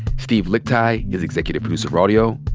steve lickteig is executive producer of audio.